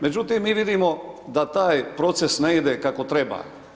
Međutim, mi vidimo da taj proces ne ide kako treba.